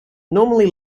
normally